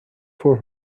for